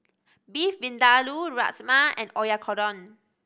Beef Vindaloo Rajma and Oyakodon